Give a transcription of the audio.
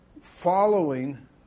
following